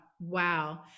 wow